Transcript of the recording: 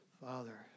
Father